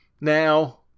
Now